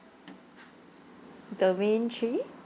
domain three